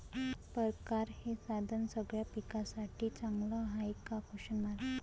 परकारं हे साधन सगळ्या पिकासाठी चांगलं हाये का?